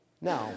No